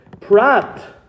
Prat